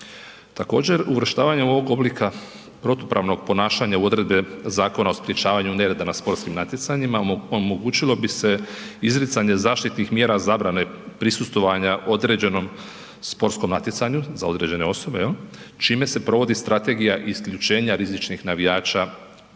Također uvrštavanje ovog oblika protupravnog ponašanja u odredbe Zakona o sprječavanju nereda na sportskim natjecanjima omogućilo bi se izricanje zaštitnih mjera zabrane prisustvovanja određenom sportskom natjecanju za određene osobe jel, čime se provodi strategija isključenja rizičnih navijača